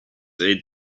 they